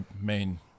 main